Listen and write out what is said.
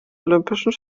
olympischen